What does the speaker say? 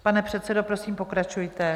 Pane předsedo, prosím pokračujte.